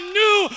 new